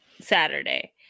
Saturday